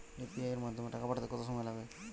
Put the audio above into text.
UPI এর মাধ্যমে টাকা পাঠাতে কত সময় লাগে?